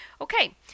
Okay